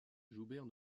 joubert